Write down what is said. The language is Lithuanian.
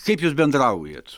kaip jūs bendraujat